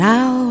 Now